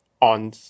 on